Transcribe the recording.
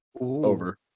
Over